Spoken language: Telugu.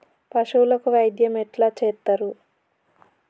పశువులకు వైద్యం ఎట్లా చేత్తరు?